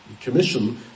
Commission